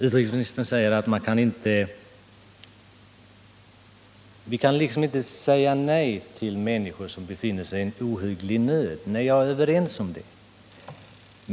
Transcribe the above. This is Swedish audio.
Utrikesministern säger att vi inte kan säga nej till människor som befinner sig i en ohygglig nöd. Vi är överens om det.